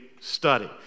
study